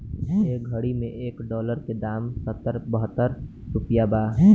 ए घड़ी मे एक डॉलर के दाम सत्तर बहतर रुपइया बा